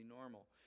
normal